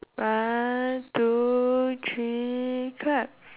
one two three clap